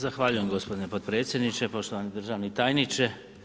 Zahvaljujem gospodine potpredsjedniče, poštovani državni tajniče.